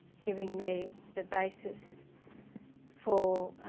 giving me the basis for,